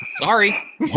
Sorry